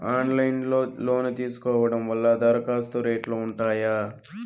Online లో loan తీసుకోవడం వల్ల దరఖాస్తు రేట్లు ఉంటాయా?